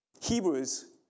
Hebrews